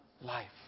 life